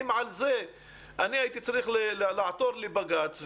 על זה הייתי צריך לעתור לבג"ץ,